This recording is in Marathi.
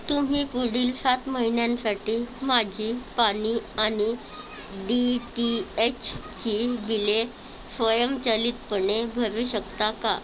तुम्ही पुढील सात महिन्यांसाटी माझी पाणी आणि डी टी एचची बिले स्वयंचलितपणे भरू शकता का